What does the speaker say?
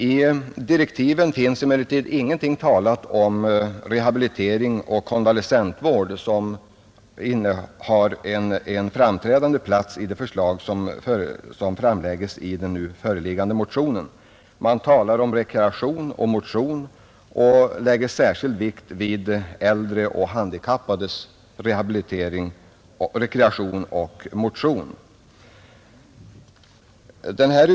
I de direktiven finns emellertid ingenting sagt om rehabilitering och konvalescentvård, vilket intar en framträdande plats i den nu aktuella motionens förslag. Man talar om rekreation och motion och lägger då särskild vikt vid det när det gäller äldre och handikappade personer.